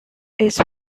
its